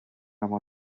amor